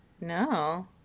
No